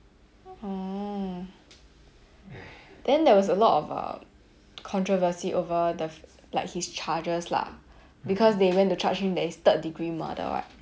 mm then there was a lot of uh controversy over the like his charges lah because they went to charge him that his third degree murder what